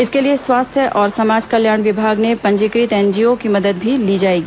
इसके लिए स्वास्थ्य और समाज कल्याण विभाग में पंजीकृत एनजीओ की मदद भी ली जाएगी